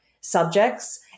subjects